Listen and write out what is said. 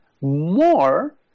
more